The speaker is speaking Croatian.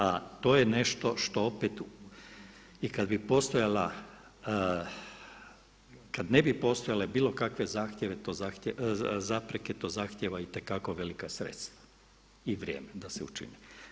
A to je nešto što opet i kada bi postojala, kada ne bi postojale bilo kakve zapreke to zahtjeva itekako velika sredstva i vrijeme da se učini.